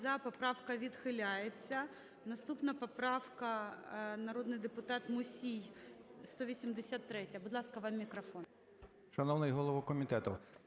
Поправка відхиляється. Наступна поправка, народний депутат Мусій, 183. Будь ласка, вам мікрофон.